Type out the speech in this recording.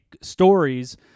stories